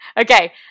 okay